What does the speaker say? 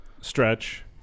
stretch